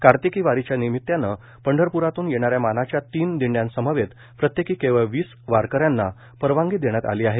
कार्तिकी वारीच्या निमित्तानं पंढरप्रातून येणाऱ्या मानाच्या तीन दिंड्यांसमवेत प्रत्येकी केवळ वीस वारकऱ्यांना परवानगी देण्यात आली आहे